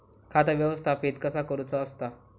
खाता व्यवस्थापित कसा करुचा असता?